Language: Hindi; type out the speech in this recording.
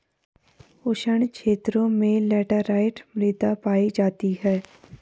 उष्ण क्षेत्रों में लैटराइट मृदा पायी जाती है